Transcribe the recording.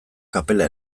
kapela